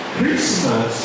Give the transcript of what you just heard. Christmas